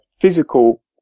physical